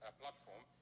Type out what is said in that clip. platform